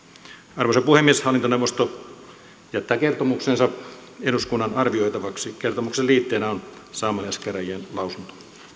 arvoisa puhemies hallintoneuvosto jättää kertomuksensa eduskunnan arvioitavaksi kertomuksen liitteenä on saamelaiskäräjien lausunto